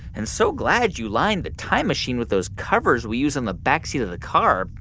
and so glad you lined the time machine with those covers we use in the backseat of the car.